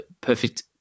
perfect